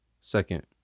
second